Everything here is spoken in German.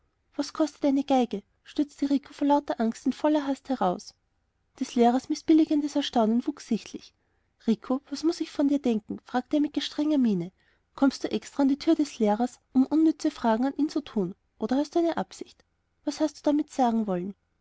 was kostet eine geige stürzte rico vor lauter angst in voller hast heraus des lehrers mißbilligendes erstaunen wuchs sichtlich rico was muß ich von dir denken fragte er mit gestrenger miene kommst du extra an die tür deines lehrers um unnütze fragen an ihn zu tun oder hast du eine absicht was hast du damit sagen wollen